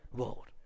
world